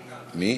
אני כאן.